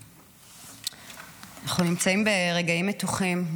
אנחנו נמצאים ברגעים מתוחים,